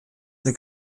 the